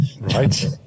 right